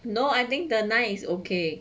no I think the nai is okay